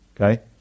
Okay